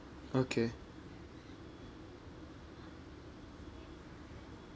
okay